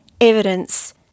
evidence